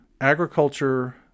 Agriculture